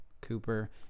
Cooper